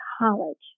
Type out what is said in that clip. college